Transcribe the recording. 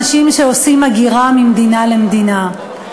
אנשים שעושים הגירה ממדינה למדינה.